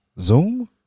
Zoom